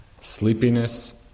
sleepiness